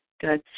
good